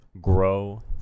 grow